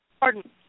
Pardon